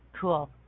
Cool